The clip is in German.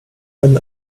einen